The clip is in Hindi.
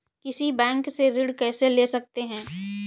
किसी बैंक से ऋण कैसे ले सकते हैं?